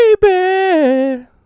Baby